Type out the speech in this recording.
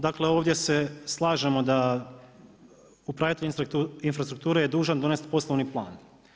Dakle ovdje se slažemo da upravitelj infrastrukture je dužan donesti poslovni plan.